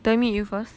then meet you first